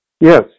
Yes